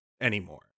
anymore